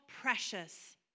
precious